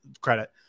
credit